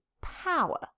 power